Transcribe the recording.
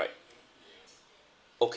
okay